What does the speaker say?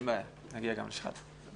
יש לעשות את כל מה שניתן לעשות תחת כללים מסוים,